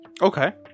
Okay